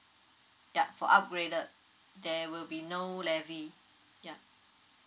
yup for upgraded there will be no levy ya